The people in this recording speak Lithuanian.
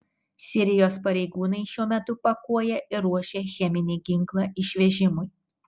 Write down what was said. sirijos pareigūnai šiuo metu pakuoja ir ruošia cheminį ginklą išvežimui